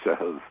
says